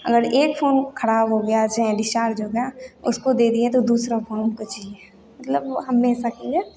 अगर एक फ़ोन ख़राब हो गया चाहे डीस्चार्ज हो गया उसको दे दिए तो दूसरा फ़ोन उनको चाहिए मतलब वो हमेशा के लिए